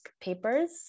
papers